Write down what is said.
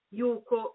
yuko